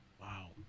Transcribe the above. Wow